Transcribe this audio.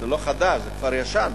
זה לא חדש, זה כבר ישן.